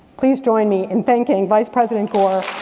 please join me in thanking vice president gore